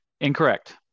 Incorrect